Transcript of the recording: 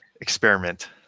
experiment